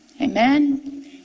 Amen